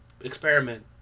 experiment